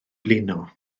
blino